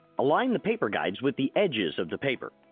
align the paper guides with the edges of the paper.